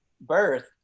birth